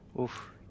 Oof